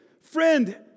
Friend